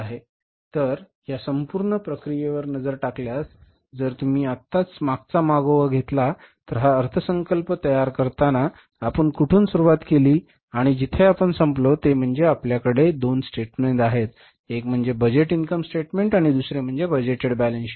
तर या संपूर्ण प्रक्रियेवर नजर टाकल्यास जर तुम्ही आत्ताच मागचा मागोवा घेतला तर हा अर्थसंकल्प तयार करताना आपण कुठून सुरुवात केली आणि जिथे आपण संपलो ते म्हणजे आपल्याकडे २ स्टेटमेन्ट्स आहेत एक म्हणजे बजेट इन्कम स्टेटमेंट आणि दुसरे म्हणजे बजेटेड बॅलन्स शीट